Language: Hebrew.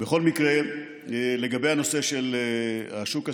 בכל מקרה, לגבי הנושא של השוק הסיטונאי,